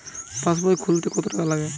পাশবই খুলতে কতো টাকা লাগে?